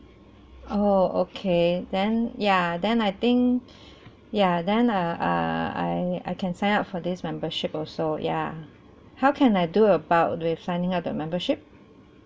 oh okay then ya then I think ya then uh uh I I can sign up for this membership also ya how can I do about with signing up the membership